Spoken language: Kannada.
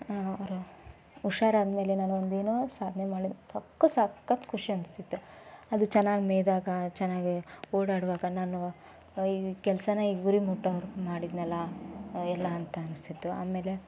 ಅವರು ಹುಷಾರಾದ್ಮೇಲೆ ನಾನು ಒಂದು ಏನೋ ಸಾಧನೆ ಮಾಡ್ಬೇಕು ಸಖತ್ತು ಸಖತ್ತು ಖುಷಿ ಅನಿಸ್ತಿತ್ತು ಅದು ಚೆನ್ನಾಗಿ ಮೇದಾಗ ಚೆನ್ನಾಗಿ ಓಡಾಡುವಾಗ ನಾನು ಈ ಕೆಲಸನ ಈ ಗುರಿ ಮುಟ್ಟೋವರ್ಗೆ ಮಾಡಿದೆನಲ್ಲ ಎಲ್ಲ ಅಂತ ಅನಿಸ್ತಿತ್ತು ಆಮೇಲೆ